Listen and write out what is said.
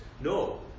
No